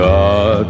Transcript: God